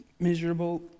Miserable